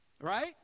Right